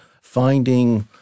finding